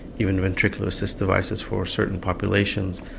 even ventricular assist devices for certain populations,